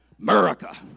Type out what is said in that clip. America